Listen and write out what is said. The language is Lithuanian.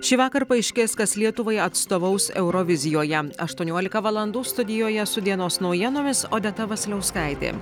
šįvakar paaiškės kas lietuvai atstovaus eurovizijoje aštuoniolika valandų studijoje su dienos naujienomis odeta vasiliauskaitė